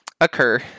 occur